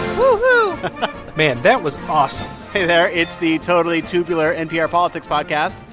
woohoo man, that was awesome hey there, it's the totally tubular npr politics podcast.